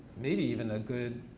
maybe even a good,